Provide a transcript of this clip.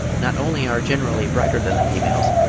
not only are generally brighter than the females,